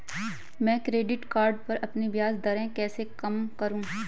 मैं credit card पर अपनी ब्याज दरें कैसे कम करूँ?